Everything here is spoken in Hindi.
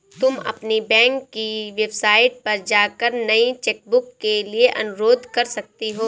तुम अपनी बैंक की वेबसाइट पर जाकर नई चेकबुक के लिए अनुरोध कर सकती हो